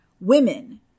women